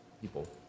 people